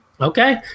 okay